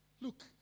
Look